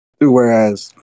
whereas